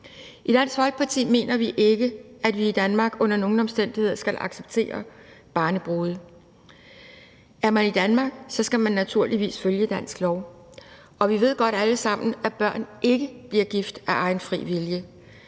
I Dansk Folkeparti mener vi ikke, at vi i Danmark under nogen omstændigheder skal acceptere barnebrude. Er man i Danmark, skal man naturligvis følge dansk lov. Og vi ved godt alle sammen, at børn ikke bliver gift af egen fri vilje.